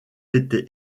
été